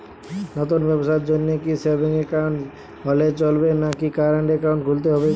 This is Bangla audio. নতুন ব্যবসার জন্যে কি সেভিংস একাউন্ট হলে চলবে নাকি কারেন্ট একাউন্ট খুলতে হবে?